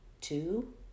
two